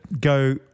go